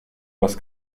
bus